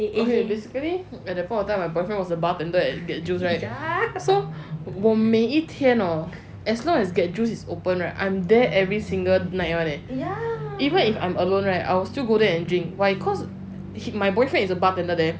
basically at that point of time my boyfriend was a bartender at Get Juiced right so 我每一天 hor as long as Get Juiced is open right and I'm there every single night one leh even if I'm alone right I will still go there and drink why cause my boyfriend is a bartender there